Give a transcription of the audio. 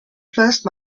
first